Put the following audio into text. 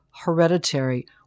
hereditary